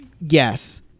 yes